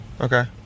Okay